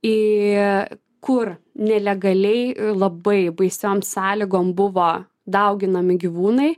į kur nelegaliai labai baisiom sąlygom buvo dauginami gyvūnai